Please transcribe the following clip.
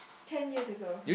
ten years ago